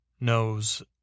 knows